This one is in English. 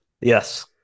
yes